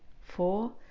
four